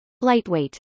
Lightweight